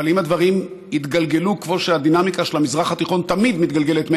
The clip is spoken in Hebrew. אבל אם הדברים יתגלגלו כמו שהדינמיקה של המזרח התיכון תמיד מתגלגלת,